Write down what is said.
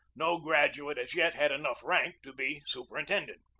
no graduate as yet had enough rank to be superintendent.